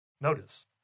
Notice